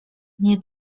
nie